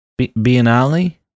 biennale